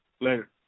Later